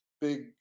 big